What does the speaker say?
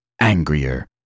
angrier